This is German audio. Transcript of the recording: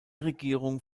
regierung